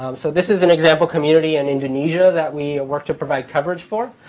um so this is an example, community in indonesia that we work to provide coverage for.